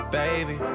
baby